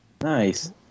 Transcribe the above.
Nice